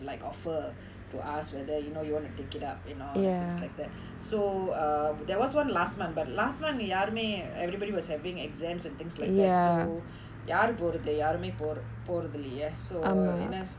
like offer to ask whether you know you want to take it up you know and things like that so err there was one last month but last month யாருமே:yaarumae everybody was having exams and things like so யாரு போறது யாருமே போற~ போறதில்லையே:yaaru porathu yaarumae por~ porathillaiyae so என்ன:enna